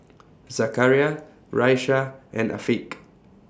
Zakaria Raisya and Afiq